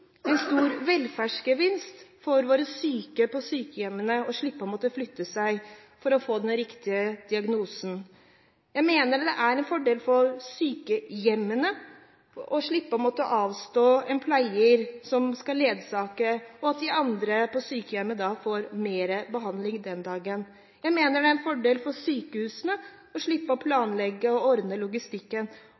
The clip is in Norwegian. en stor velferdsgevinst for våre syke på sykehjemmene å slippe å måtte flytte på seg for å få den riktige diagnosen. Jeg mener det er en fordel for sykehjemmene å slippe å måtte avstå en pleier som skal være ledsager, slik at de andre på sykehjemmet da får mer behandling den dagen. Jeg mener det er en fordel for sykehusene å slippe å planlegge og ordne logistikken.